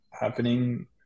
happening